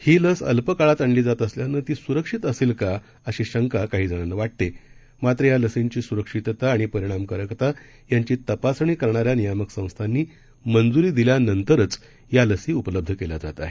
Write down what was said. ही लस अल्पकाळात आणली जात असल्यानं ती सुरक्षित असेल का अशी शंका काहीजणांना वाटते मात्र या लसींची सुरक्षितता आणि परिणामकारकता यांची तपासणी करणाऱ्या नियामक संस्थांनी मंजुरी दिल्यानंतरच या लसी उपलब्ध केल्या जात आहेत